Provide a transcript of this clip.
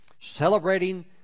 celebrating